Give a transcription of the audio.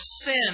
sin